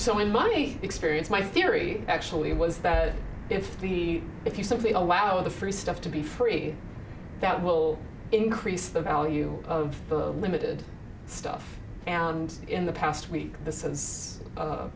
so in my experience my theory actually was that if the if you simply allow the free stuff to be free that will increase the value of the limited stuff and in the past week th